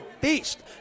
beast